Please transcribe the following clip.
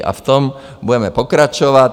A v tom budeme pokračovat.